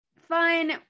fun